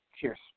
cheers